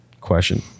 question